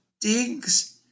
digs